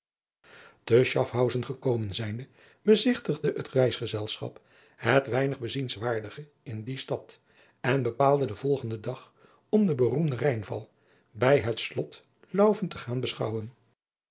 te schafhausen gekomen zijnde bezigtigde het reisgezelschap het weinig bezienswaardige in die stad en bepaalde den volgenden dag om den beroemden rhijnval bij het slot lauffen te gaan beschouwen